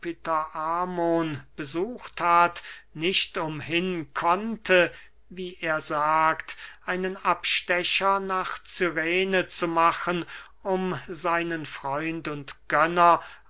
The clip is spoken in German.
besucht hat nicht umhin konnte wie er sagt einen abstecher nach cyrene zu machen um seinen freund und gönner